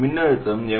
மின்னழுத்தம்